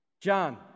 John